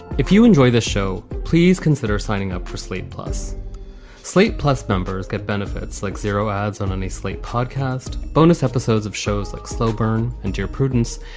if you enjoy the show, please consider signing up for slate plus slate, plus members get benefits like zero ads on any slate podcast bonus episodes of shows like slow burn and dear prudence.